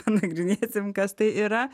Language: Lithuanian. panagrinėsim kas tai yra